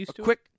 quick